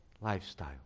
lifestyle